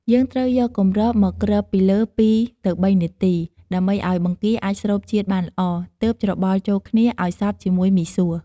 យើងត្រូវយកគម្របមកគ្របពីលើ ២ ទៅ៣នាទី ដើម្បីឲ្យបង្គាអាចស្រូបជាតិបានល្អ ទើបច្របល់ចូលគ្នាឱ្យសព្វជាមួយមីសួរ។